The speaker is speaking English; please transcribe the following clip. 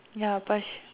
ya plus